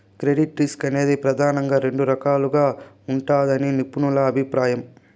credit risk అనేది ప్రెదానంగా రెండు రకాలుగా ఉంటదని నిపుణుల అభిప్రాయం